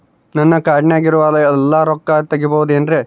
ನನ್ನ ಕಾರ್ಡಿನಾಗ ಇರುವ ಎಲ್ಲಾ ರೊಕ್ಕ ತೆಗೆಯಬಹುದು ಏನ್ರಿ?